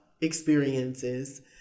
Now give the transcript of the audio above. experiences